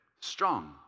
strong